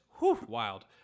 wild